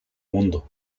mundo